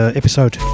episode